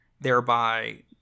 thereby